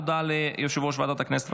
הודעה ליושב-ראש ועדת הכנסת.